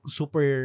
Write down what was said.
super